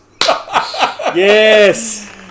Yes